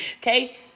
okay